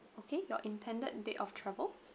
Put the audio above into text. okay your intended date of travel